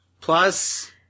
Plus